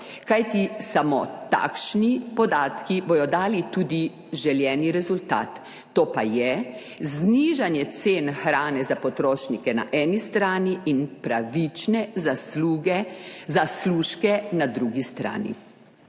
kajti samo takšni podatki bodo dali tudi želeni rezultat, to pa je znižanje cen hrane za potrošnike na eni strani in pravične zasluge, zaslužke na drugi strani.